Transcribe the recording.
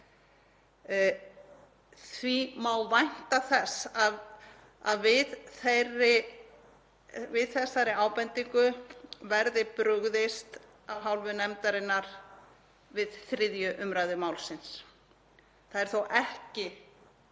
Því má vænta þess að við þessari ábendingu verði brugðist af hálfu nefndarinnar við 3. umræðu málsins. Þó er ekki,